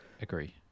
agree